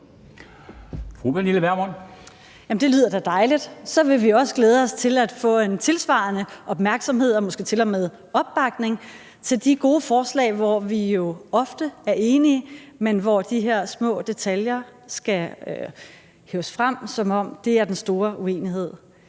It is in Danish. det lyder da dejligt. Så vil vi også glæde os til at få en tilsvarende opmærksomhed på og måske til og med opbakning til de gode forslag, hvor vi jo ofte er enige, men hvor de her små detaljer skal fremhæves, som om der er en stor uenighed